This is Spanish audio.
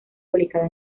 publicada